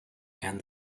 and